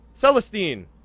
Celestine